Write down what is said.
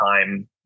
time